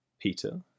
Peter